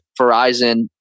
Verizon